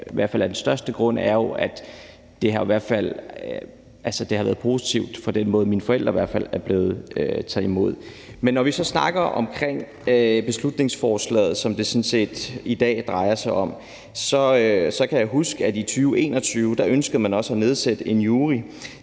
årsager til, og den største årsag jo i hvert fald, at det har været positivt for den måde, hvorpå mine forældre er blevet taget imod. Men når vi så snakker om beslutningsforslaget, som det sådan set i dag drejer sig om, så kan jeg også huske, at man i 2021 ønskede at nedsætte en jury,